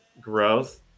growth